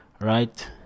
right